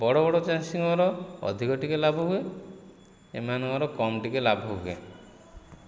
ବଡ଼ ବଡ଼ ଚାଷୀଙ୍କର ଅଧିକ ଟିକିଏ ଲାଭ ହୁଏ ଏମାନଙ୍କର କମ୍ ଟିକିଏ ଲାଭ ହୁଏ